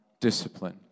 discipline